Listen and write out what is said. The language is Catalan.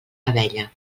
abella